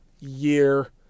year